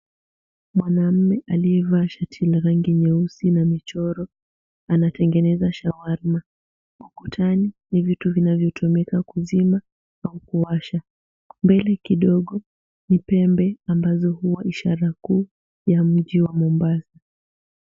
Mwanaume aliyevaa shati la rangi nyeusi na michoro, anatengeneza shawarma. Ukutani ni vitu vinavyo tumika kuzima na kuwasha. Mbele kidogo ni pembe ambazo huwa ishara kuu ya mji wa Mombasa